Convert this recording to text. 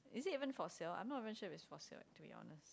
is it even for sale I'm not sure it's even for sale eh to be honest